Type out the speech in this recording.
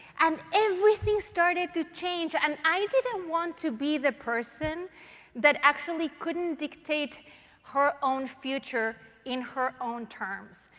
and everything started to change. and i didn't want to be the person that actually couldn't dictate her own future in her own terms.